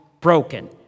broken